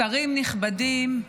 שרים נכבדים,